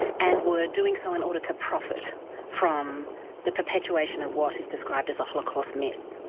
and were doing so in order to profit from the perpetuation of what is described as a holocaust myth.